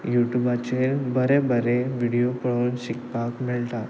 युट्युबाचेर बरे बरे व्हिडियो पळोवून शिकपाक मेळटा